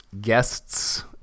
guests